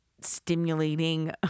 stimulating